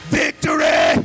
victory